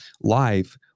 life